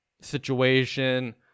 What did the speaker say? situation